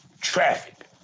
Traffic